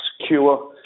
secure